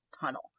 tunnel